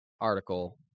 article